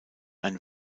ein